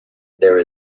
there